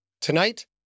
Tonight